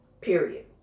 Period